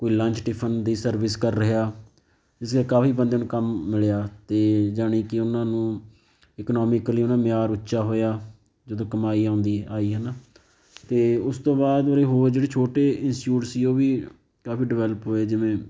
ਕੋਈ lunch tiffin ਦੀ service ਕਰ ਰਿਹਾ ਜਿਸ ਕਰਕੇ ਕਾਫ਼ੀ ਬੰਦਿਆਂ ਨੂੰ ਕੰਮ ਮਿਲਿਆ ਅਤੇ ਯਾਨੀ ਕਿ ਉਹਨਾਂ ਨੂੰ ਇਕਨੋਮਿਕਲੀ ਉਹਨਾਂ ਮਿਆਰ ਉੱਚਾ ਹੋਇਆ ਜਦੋਂ ਕਮਾਈ ਆਉਂਦੀ ਆਈ ਹੈ ਨਾ ਅਤੇ ਉਸ ਤੋਂ ਬਾਅਦ ਉਰੇ ਹੋਰ ਜਿਹੜੇ ਛੋਟੇ ਇੰਸਟੀਟਿਊਟ ਸੀ ਉਹ ਵੀ ਕਾਫ਼ੀ ਡਿਵੈਲਪ ਹੋਏ ਜਿਵੇਂ